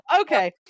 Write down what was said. Okay